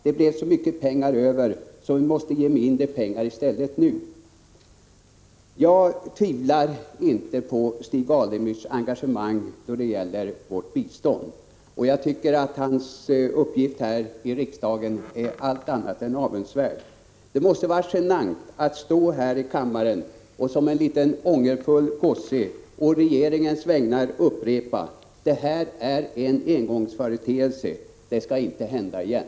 Det blev så mycket pengar över, så vi måste ge mindre pengar i stället.” Jag tvivlar inte på Stig Alemyrs engagemang då det gäller vårt bistånd, och hans uppgift här i riksdagen är allt annat än avundsvärd. Det måste vara genant att stå i kammaren och som en liten ångerfull gosse å regeringens vägnar upprepa: Detta är en engångsföreteelse, det skall inte hända igen.